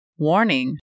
Warning